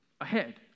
ahead